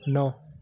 नौ